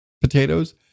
potatoes